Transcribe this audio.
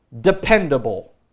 dependable